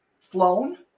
flown